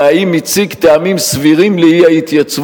והאם הציג טעמים סבירים לאי-ההתייצבות,